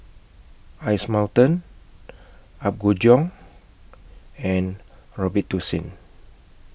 Ice Mountain Apgujeong and Robitussin